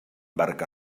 barca